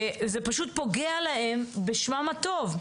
זה פשוט פוגע להן בשמן הטוב.